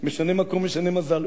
משנה מקום משנה מזל,